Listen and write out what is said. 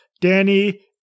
Danny